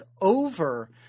over